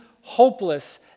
hopeless